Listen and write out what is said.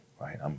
right